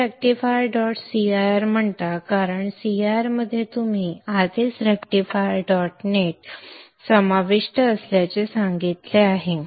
तुम्ही rectifier dot cir म्हणता कारण cir मध्ये तुम्ही आधीच रेक्टिफायर डॉट नेट समाविष्ट असल्याचे सांगितले आहे